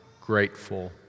grateful